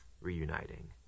reuniting